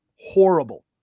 horrible